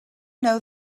know